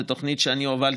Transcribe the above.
זו תוכנית שאני הובלתי,